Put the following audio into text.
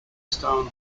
stone